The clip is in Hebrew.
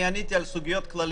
אני עניתי על סוגיות כלליות,